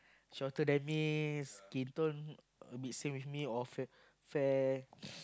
shorter than me skin tone a bit same with me or fair fair